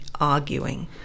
arguing